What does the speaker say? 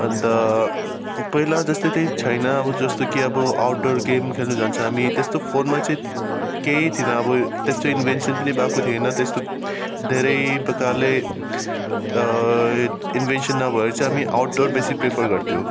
अन्त पहिला जस्तो चाहिँ छैन अब जस्तो कि अब आउटडुवर गेम खेल्नु जान्छ हामी त्यस्तो फोनमा चाहिँ केही थिएन अब त्यस्तो इन्भेन्सन पनि भएको थिएन त्यस्तो धेरै प्रकारले इन्भेन्सन नभए पछि हामी आउटडुवर बेसी प्रिफर गर्थ्यौँ